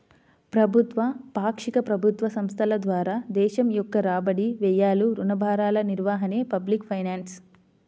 ప్రభుత్వ, పాక్షిక ప్రభుత్వ సంస్థల ద్వారా దేశం యొక్క రాబడి, వ్యయాలు, రుణ భారాల నిర్వహణే పబ్లిక్ ఫైనాన్స్